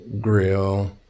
Grill